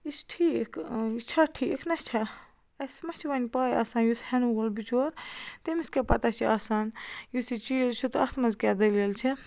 یہِ چھُ ٹھیٖک یہِ چھےٚ ٹھیٖک نَہ چھےٚ اَسہِ مَہ چھِ وۄنۍ پاے آسان یُس ہیٚنہٕ وول بِچور تٔمِس کیٛاہ پَتاہ چھِ آسان یُس یہِ چیٖز چھُ تہٕ اَتھ منٛز کیٛاہ دٔلیٖل چھےٚ